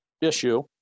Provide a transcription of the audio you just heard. issue